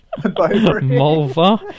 Mulva